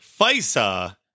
FISA